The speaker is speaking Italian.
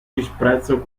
disprezzo